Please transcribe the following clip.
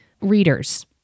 readers